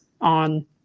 on